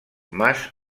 más